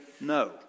no